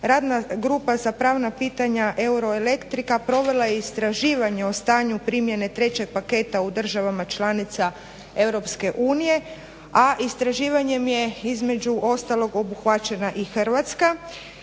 Radna grupa za pravna pitanja Euroelektrika provela je istraživanje o stanju primjene trećeg paketa u državama članicama EU a istraživanjem je između ostalog obuhvaćena i Hrvatska.